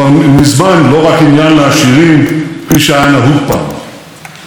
וגם מספר התיירים הבאים לישראל הוא בשיא של כל הזמנים.